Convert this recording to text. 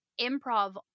improv